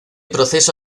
proceso